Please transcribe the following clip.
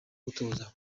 gutoza